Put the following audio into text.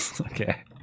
Okay